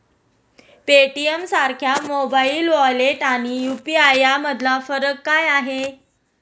पेटीएमसारख्या mobile wallet आणि UPI यामधला फरक काय आहे?